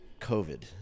COVID